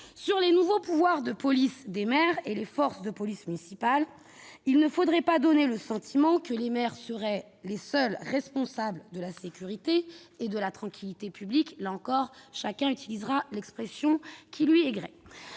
des nouveaux pouvoirs de police des maires et des forces de police municipale. Il ne faudrait pas donner le sentiment que les maires seraient les seuls responsables de la sécurité ou de la tranquillité publique- chacun utilisera l'expression qui lui agrée.